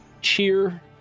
cheer